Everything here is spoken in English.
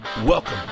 welcome